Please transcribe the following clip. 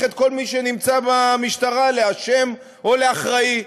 את כל מי שנמצא במשטרה לאשם או לאחראי.